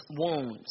wounds